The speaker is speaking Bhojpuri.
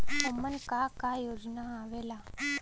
उमन का का योजना आवेला?